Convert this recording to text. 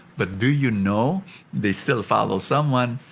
but, do you know they still follow someone?